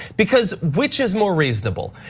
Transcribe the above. because which is more reasonable,